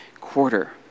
quarter